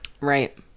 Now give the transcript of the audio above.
right